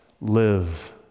live